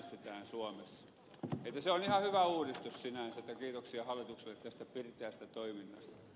se on hyvä uudistus sinänsä kiitoksia hallitukselle tästä pirteästä toiminnasta